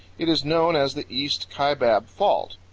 it is known as the east kaibab fault.